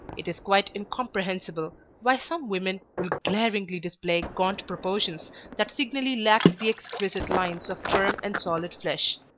it is quite incomprehensible why some women will glaringly display gaunt proportions that signally lack the exquisite lines of firm and solid flesh.